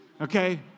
Okay